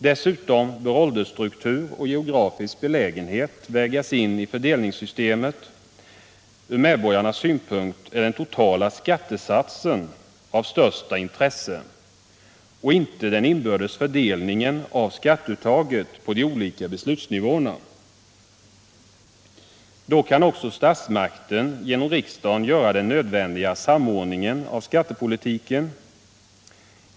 Dessutom bör åldersstruktur och geografisk belägenhet vägas in i fördelningssystemet. Ur medborgarnas synpunkt är den totala skattesatsen av största intresse och inte den inbördes fördelningen av skatteuttaget på de olika beslutsnivåerna. Då kan också statsmakten genom riksdagen göra den nödvändiga samordningen av skattepolitiken.